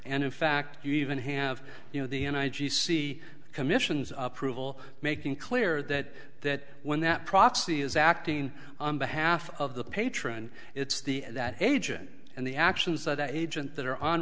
and in fact you even have you know the end i g c commission's approval making clear that when that proxy is acting on behalf of the patron it's the that agent and the actions that agent that are on